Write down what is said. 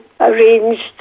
arranged